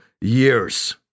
years